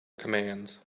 commands